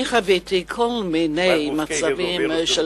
חוויתי כל מיני מצבים של